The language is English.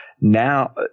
now